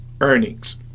earnings